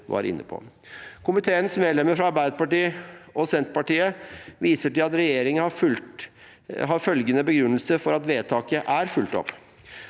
Komiteens medlemmer fra Arbeiderpartiet og Senterpartiet viser til at regjeringen har følgende begrunnelse for at vedtaket er fulgt opp: